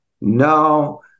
no